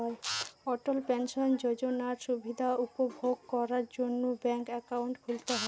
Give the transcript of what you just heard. অটল pension যোজনার সুবিধা উপভোগ করার জন্য ব্যাঙ্ক একাউন্ট খুলতে হয়